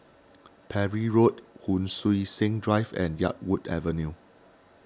Parry Road Hon Sui Sen Drive and Yarwood Avenue